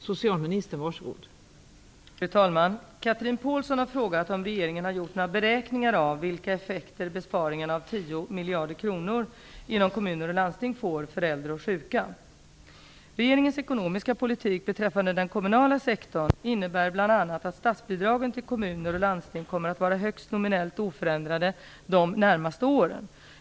Fru talman! Chatrine Pålsson har frågat om regeringen har gjort några beräkningar av vilka effekter besparingarna av tio miljarder kronor inom kommuner och landsting får för äldre och sjuka. Regeringens ekonomiska politik beträffande den kommunala sektorn innebär bl.a. att statsbidragen till kommuner och landsting kommer att vara högst nominellt oförändrade de närmaste åren.